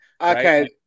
Okay